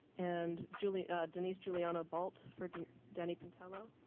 and julie denise juliana bolt for danny potello.